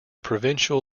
provincial